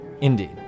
indeed